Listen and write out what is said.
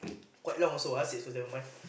quite long also ah six to seven months